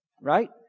Right